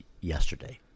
yesterday